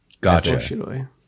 Gotcha